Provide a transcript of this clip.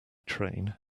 train